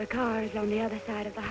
by cars on the other side of the